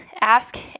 Ask